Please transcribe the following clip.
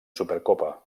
supercopa